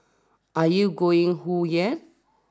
are you going whoa yet